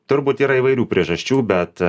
turbūt yra įvairių priežasčių bet